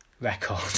record